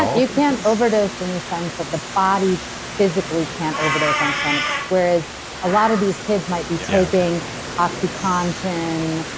um you can't overdose in the sense that the body physically can't overdose on cannabis. whereas a lot of these kids might be taking oxycontin,